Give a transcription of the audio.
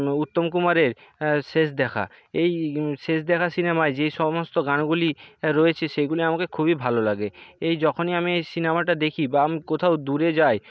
উত্তম কুমারের শেষ দেখা এই শেষ দেখা সিনেমায় যে সমস্ত গানগুলি রয়েছে সেগুলি আমাকে খুবই ভালো লাগে এই যখনই আমি এই সিনেমাটা দেখি বা আমি কোথাও দূরে যাই